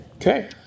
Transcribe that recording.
Okay